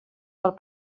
pel